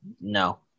No